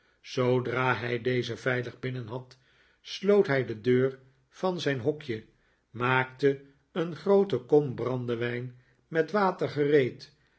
zoodra hij dezen veilig binnen had sloot hij de deur van zijn hokje maakte een groote kom brandewijn met water gereed